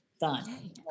Done